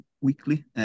weekly